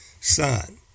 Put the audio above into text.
son